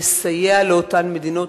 לסייע לאותן מדינות.